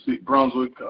Brunswick